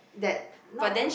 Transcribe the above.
that not